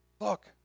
Look